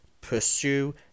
pursue